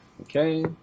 Okay